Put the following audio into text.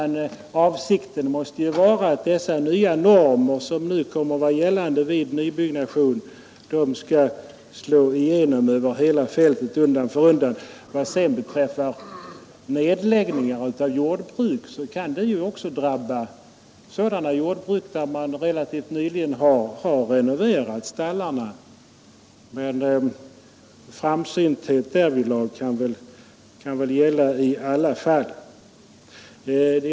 Avsikten måste vara att de normer, som nu kommer att gälla vid nybyggnation, undan för undan skall slå igenom över hela fältet. Vad sedan nedläggning av jordbruk beträffar kan ju en sådan även drabba gårdar där man nyligen har renoverat stallarna, men framsynthet därvidlag kan väl förekomma i båda fallen.